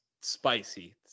spicy